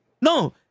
No